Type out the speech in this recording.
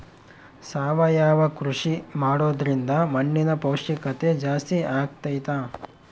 ಸಾವಯವ ಕೃಷಿ ಮಾಡೋದ್ರಿಂದ ಮಣ್ಣಿನ ಪೌಷ್ಠಿಕತೆ ಜಾಸ್ತಿ ಆಗ್ತೈತಾ?